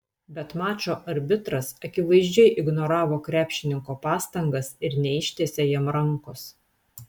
bet mačo arbitras akivaizdžiai ignoravo krepšininko pastangas ir neištiesė jam rankos